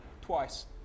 twice